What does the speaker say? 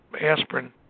aspirin